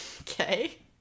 Okay